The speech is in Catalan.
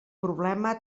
problema